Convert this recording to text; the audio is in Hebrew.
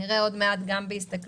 נראה עוד מעט גם בהסתכלות